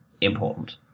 important